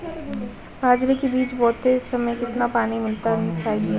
बाजरे के बीज बोते समय कितना पानी मिलाना चाहिए?